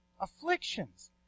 afflictions